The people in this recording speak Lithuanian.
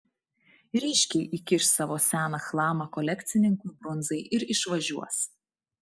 ryškiai įkiš savo seną chlamą kolekcininkui brunzai ir išvažiuos